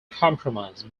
compromise